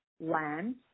land